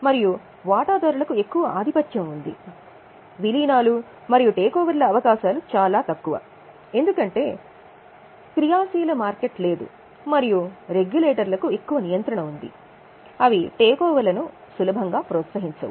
మరియు వాటాదారులకు ఎక్కువ ఆధిపత్యం ఉంది విలీనాలు మరియు టేకోవర్ల అవకాశాలు చాలా తక్కువ ఎందుకంటే క్రియాశీల మార్కెట్ లేదు మరియు రెగ్యులేటర్లకు ఎక్కువ నియంత్రణ ఉంది అవి టేకోవర్లను సులభంగా ప్రోత్సహించవు